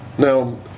now